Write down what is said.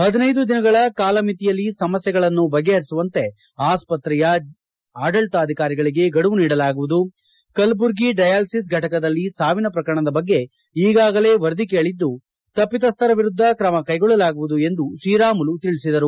ಪದಿನೈದು ದಿನಗಳ ಕಾಲಮಿತಿಯಲ್ಲಿ ಸಮಸ್ಕೆಗಳನ್ನು ಬಗೆಹರಿಸುವಂತೆ ಆಸ್ವತ್ರೆಯ ಆಡಳಿತಾಧಿಕಾರಿಗಳಿಗೆ ಗಡುವು ನೀಡಲಾಗುವುದು ಕಲಬುರಗಿ ಡಯಾಲಿಸಿಸ್ ಫಟಕದಲ್ಲಿ ಸಾವಿನ ಪ್ರಕರಣದ ಬಗ್ಗೆ ಈಗಾಗಲೇ ವರದಿ ಕೇಳಿದ್ದು ತಪ್ಪಿತಸ್ಹರ ವಿರುದ್ಧ ಕ್ರಮ ಕೈಗೊಳ್ಳಲಾಗುವುದು ಎಂದು ಶ್ರೀರಾಮಲು ತಿಳಿಸಿದರು